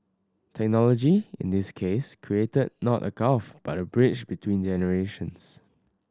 technology in this case created not a gulf but a bridge between generations